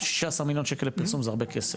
ה-16 מיליון שקל לפרסום זה הרבה כסף,